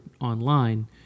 online